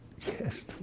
Yes